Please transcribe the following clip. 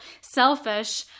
selfish